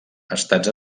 estats